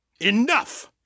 Enough